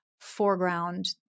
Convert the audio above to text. foreground